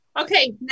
Okay